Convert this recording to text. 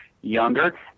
younger